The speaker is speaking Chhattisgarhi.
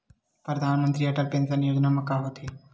परधानमंतरी अटल पेंशन योजना मा का होथे?